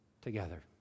together